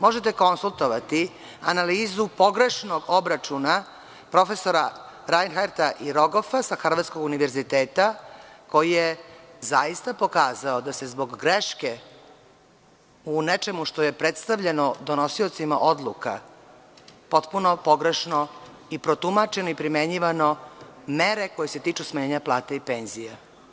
Možete konsultovati analizu pogrešnog obračuna profesora Rajnharta i Rogofasa sa Harvardskog univerziteta, koji je zaista pokazao da su greške u nečemu što je predstavljeno donosiocima odluka potpuno pogrešno i protumačene i primenjivane, mere koje se tiču smanjenja plata i penzija.